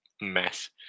mess